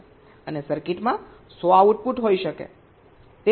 અને સર્કિટમાં 100 આઉટપુટ હોઈ શકે છે